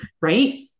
right